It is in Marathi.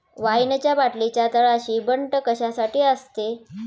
वाईनच्या बाटलीच्या तळाशी बंट कशासाठी असते?